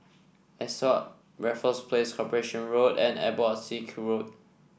Ascott Raffles Place Corporation Road and Abbotsingh Road